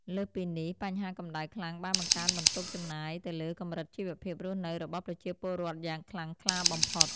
លើសពីនេះ បញ្ហាកម្ដៅខ្លាំងបានបង្កើនបន្ទុកចំណាយទៅលើកម្រិតជីវភាពរស់នៅរបស់ប្រជាពលរដ្ឋយ៉ាងខ្លាំងក្លាបំផុត។